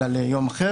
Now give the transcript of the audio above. לא.